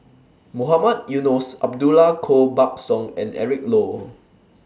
Mohamed Eunos Abdullah Koh Buck Song and Eric Low